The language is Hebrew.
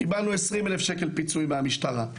קיבלנו 20 אלף שקל פיצויים מהמשטרה.